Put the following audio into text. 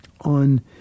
on